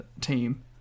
team